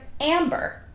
Amber